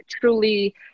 truly